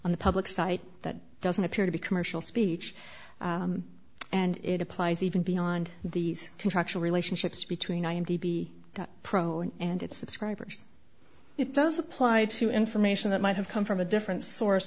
on the public site that doesn't appear to be commercial speech and it applies even beyond these contractual relationships between i m d b pro and its subscribers it does apply to information that might have come from a different source